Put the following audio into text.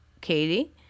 Katie